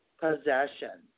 possession